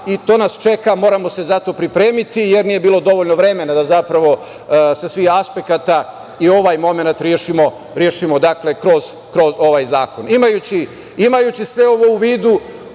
i to nas čeka i moramo se za to pripremiti, jer nije bilo dovoljno vremena da zapravo sa svih aspekata i ovaj momenat rešimo kroz ovaj zakon. Imajući sve ovo u vidu,